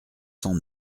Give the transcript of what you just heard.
cent